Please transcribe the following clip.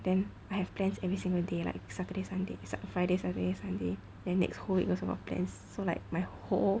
then I have plans every single day like saturday sunday except friday saturday sunday then next whole week also got plans so like my whole